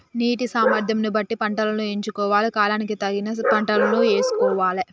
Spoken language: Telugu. నీటి సామర్థ్యం ను బట్టి పంటలను ఎంచుకోవాలి, కాలానికి తగిన పంటలను యేసుకోవాలె